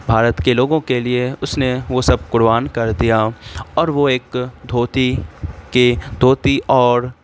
بھارت کے لوگوں کے لیے اس نے وہ سب قربان کر دیا اور وہ ایک دھوتی کے دھوتی اور